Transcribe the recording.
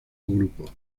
grupo